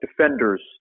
defenders